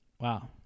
Wow